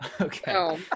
Okay